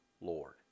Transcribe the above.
Lord